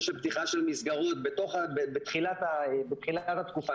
של פתיחה של מסגרות בתחילת התקופה,